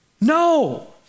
No